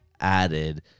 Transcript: added